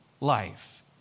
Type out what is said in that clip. life